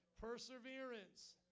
Perseverance